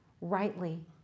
rightly